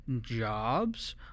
jobs